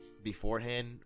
beforehand